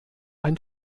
ein